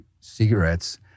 cigarettes